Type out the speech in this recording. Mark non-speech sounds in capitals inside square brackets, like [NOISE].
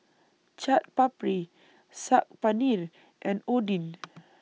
Chaat Papri Saag Paneer and Oden [NOISE]